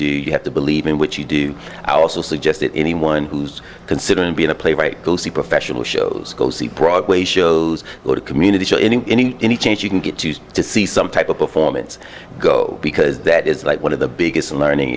do you have to believe in which you do i also suggest that anyone who's considering being a playwright go see professional shows go see broadway shows go to community show any chance you can get used to see some type of performance go because that is like one of the biggest learning